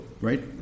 right